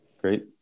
Great